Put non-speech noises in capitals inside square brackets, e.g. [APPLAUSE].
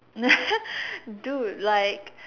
[LAUGHS] dude like